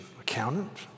accountant